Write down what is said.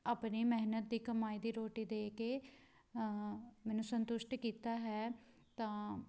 ਆਪਣੀ ਮਿਹਨਤ ਦੀ ਕਮਾਈ ਦੀ ਰੋਟੀ ਦੇ ਕੇ ਮੈਨੂੰ ਸੰਤੁਸ਼ਟ ਕੀਤਾ ਹੈ ਤਾਂ